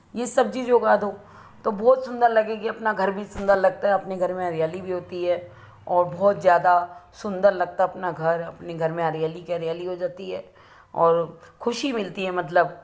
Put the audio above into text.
यह सब चीज़ें उगा दो तो बहुत सुंदर लगेगी अपना घर भी सुंदर लगता है अपने घर में हरियाली भी होती है और बहुत ज़्यादा सुंदर लगता है अपना घर अपने घर में हरियाली कि हरियाली हो जाती है और ख़ुशी मिलती है मतलब